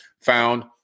found